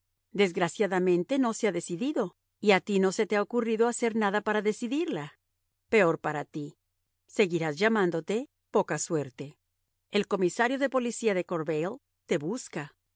desgraciadamente no se ha decidido y a ti no se te ha ocurrido hacer nada para decidirla peor para ti seguirás llamándote poca suerte el comisario de policía de corbeil te busca